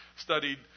studied